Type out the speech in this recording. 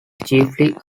chiefly